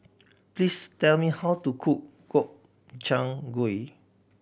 please tell me how to cook Gobchang Gui